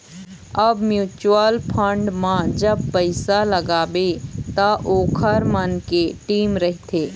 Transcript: अब mutual fund म जब पइसा लगाबे त ओखर मन के टीम रहिथे